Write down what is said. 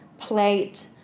plate